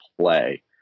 play